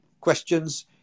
questions